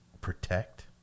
protect